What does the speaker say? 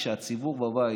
כשהציבור בבית,